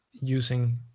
using